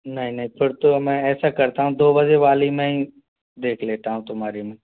नहीं नहीं फिर तो मैं ऐसा करता हूँ दो बजे वाली में ही देख लेता हूँ तुम्हारी में